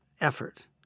effort